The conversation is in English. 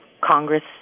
Congress